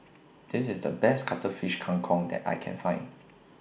This IS The Best Cuttlefish Kang Kong that I Can Find